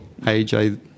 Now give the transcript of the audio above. AJ